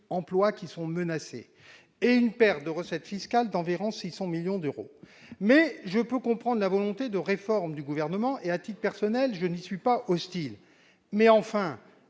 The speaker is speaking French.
emplois menacés. Sans compter la perte de recettes fiscales, d'environ 600 millions d'euros. Je puis comprendre la volonté de réforme du Gouvernement ; à titre personnel, je n'y suis pas hostile. Mais, enfin,